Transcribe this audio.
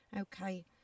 Okay